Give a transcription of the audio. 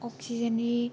अक्सिजेननि